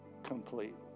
complete